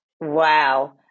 Wow